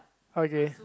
okay